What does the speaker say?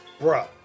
bruh